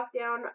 lockdown